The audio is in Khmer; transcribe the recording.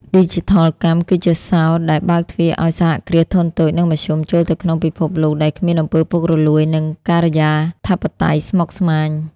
ឌីជីថលកម្មគឺជា "សោរ" ដែលបើកទ្វារឱ្យ សហគ្រាសធុនតូច និងមធ្យម ចូលទៅក្នុងពិភពលោកដែលគ្មាន អំពើពុករលួយ និងការិយាធិបតេយ្យស្មុគស្មាញ។